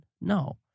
No